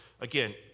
again